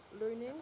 learning